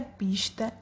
pista